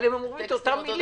הם אומרים את אותן מילים.